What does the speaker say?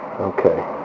Okay